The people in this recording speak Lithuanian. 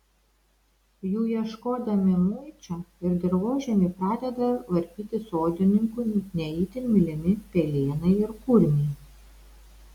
jų ieškodami mulčią ir dirvožemį pradeda varpyti sodininkų ne itin mylimi pelėnai ir kurmiai